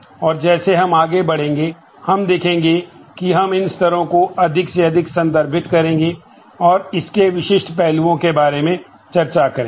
और जैसे हम आगे बढ़ेंगे हम देखेंगे कि हम इन स्तरों को अधिक से अधिक संदर्भित करेंगे और इसके विशिष्ट पहलुओं के बारे में चर्चा करेंगे